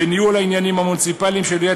בניהול העניינים המוניציפליים של עיריית